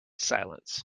silence